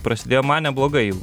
prasidėjo man neblogai